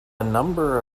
number